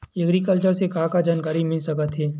Agriculture से का का जानकारी मिल सकत हे?